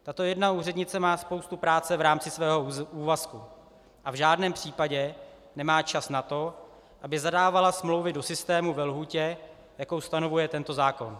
Tato jedna úřednice má spoustu práce v rámci svého úvazku a v žádném případě nemá čas na to, aby zadávala smlouvy do systému ve lhůtě, jakou stanovuje tento zákon.